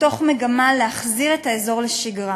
במגמה להחזיר את האזור לשגרה